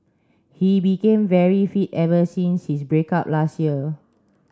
he became very fit ever since his break up last year